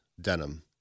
Denim